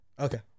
Okay